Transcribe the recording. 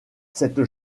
cette